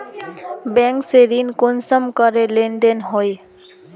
Bank से ऋण कुंसम करे लेन देन होए?